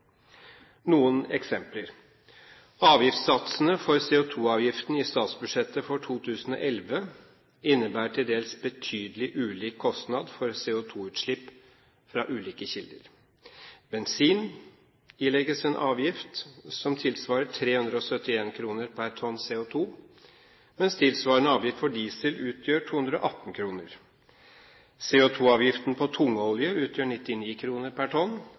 Noen eksempler: Avgiftssatsene for CO2-avgiftene i statsbudsjettet for 2011 innebærer til dels betydelig ulik kostnad for CO2-utslipp fra ulike kilder. Bensin ilegges en avgift som tilsvarer 371 kr per tonn CO2, mens tilsvarende avgift for diesel utgjør 218 kr. CO2-avgiften på tungolje utgjør 99 kr per tonn,